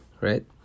right